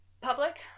public